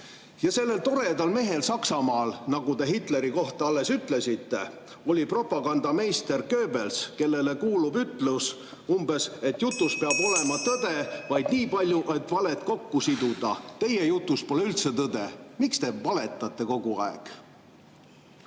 Ja sellel toredal mehel Saksamaal, nagu Hitleri kohta alles ütlesite, oli propagandameister Goebbels, kellele kuulub umbes selline ütlus, et jutus peab olema tõde vaid nii palju, et valed kokku siduda. (Juhataja helistab kella.) Teie jutus pole üldse tõde. Miks te valetate kogu aeg?